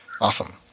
Awesome